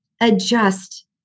adjust